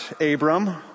Abram